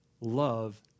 love